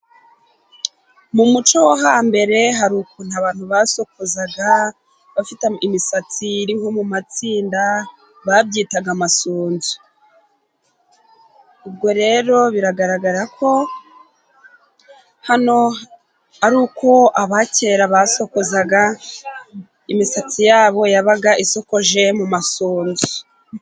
Mu muco wo hambere hari ukuntu basokozaga imisatsi ,bafite imisatsi iri nko mu matsinda babyitaga amasunzu ,ubwo rero biragaragara ko hano ari uko aba kera basokozaga ,imisatsi yabo yabaga isokoje mu masunzu.